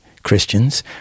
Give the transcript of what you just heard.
Christians